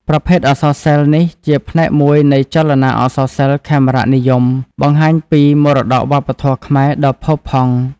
ប្រភេទអក្សរសិល្ប៍នេះជាផ្នែកមួយនៃចលនាអក្សរសិល្ប៍ខេមរនិយម បង្ហាញពីមរតកវប្បធម៌ខ្មែរដ៏ផូរផង់។